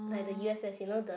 like the u_s_s you know the